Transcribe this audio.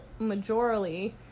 majorly